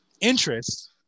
interest